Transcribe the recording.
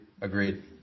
agreed